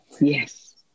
Yes